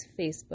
Facebook